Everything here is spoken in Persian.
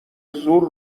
زور